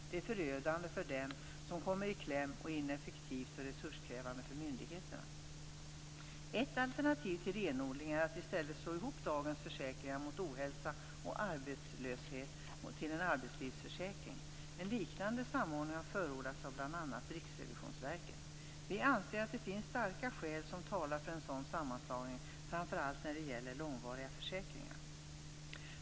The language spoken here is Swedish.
Det är förödande för dem som kommer i kläm och ineffektivt och resurskrävande för myndigheterna. Ett alternativ till renodling är att i stället slå ihop dagens försäkringar mot ohälsa och arbetslöshet till en "arbetslivsförsäkring". En liknande samordning har förordats av bl.a. Riksrevisionsverket. Vi anser att det finns starka skäl som talar för en sådan sammanslagning, framför allt när det gäller långvariga försäkringar.